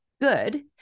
good